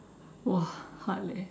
!wah! hard leh